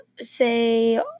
say